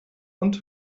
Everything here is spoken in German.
und